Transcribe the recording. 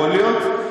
יכול להיות?